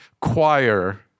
choir